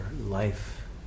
life